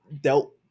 dealt